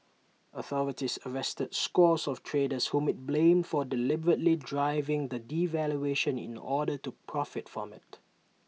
authorities arrested scores of traders whom IT blamed for deliberately driving the devaluation in order to profit from IT